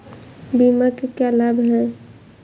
बीमा के क्या लाभ हैं?